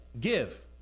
give